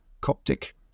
Coptic